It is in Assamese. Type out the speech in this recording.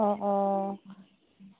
অ অ